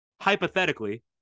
Hypothetically